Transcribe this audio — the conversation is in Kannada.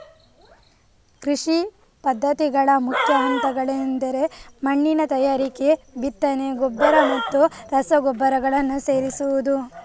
ಕೃಷಿ ಪದ್ಧತಿಗಳ ಮುಖ್ಯ ಹಂತಗಳೆಂದರೆ ಮಣ್ಣಿನ ತಯಾರಿಕೆ, ಬಿತ್ತನೆ, ಗೊಬ್ಬರ ಮತ್ತು ರಸಗೊಬ್ಬರಗಳನ್ನು ಸೇರಿಸುವುದು